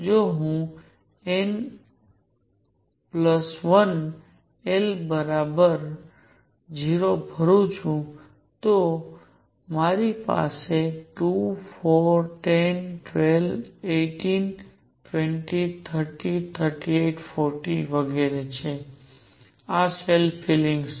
જો હું ફક્ત n 1 l બરાબર 0 સુધી ભરું છું તો મારી પાસે 2 4 10 12 18 20 30 38 40 વગેરે છે આ શેલ ફિલિંગ્સ છે